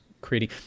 creating